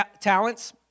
talents